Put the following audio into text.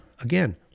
Again